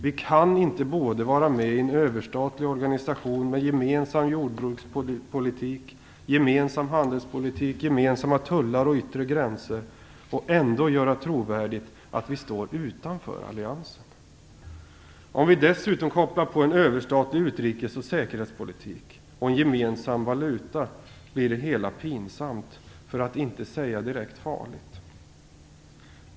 Vi kan inte vara med i en överstatlig organisation med gemensam jordbrukspolitik, gemensam handelspolitik, gemensamma tullar och yttre gränser och ändå göra trovärdigt att vi står utanför alliansen. Om vi dessutom kopplar på en överstatlig utrikes och säkerhetspolitik och en gemensam valuta blir det hela pinsamt, för att inte säga direkt farligt.